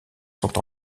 sont